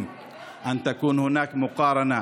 ) דבר בעברית.